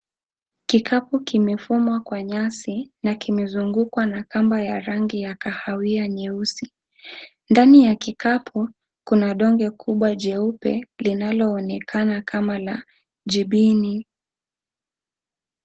Kikapu kimefumwa kwa nyasi na kimezungukwa na kamba ya rangi ya kahawia nyeusi. Ndani ya kikapu, kuna donge kubwa jeupe, linaloonekana kama la jibini.